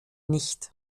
nicht